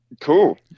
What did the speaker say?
cool